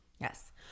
Yes